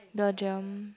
Belgium